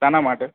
શાના માટે